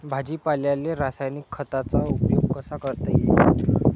भाजीपाल्याले रासायनिक खतांचा उपयोग कसा करता येईन?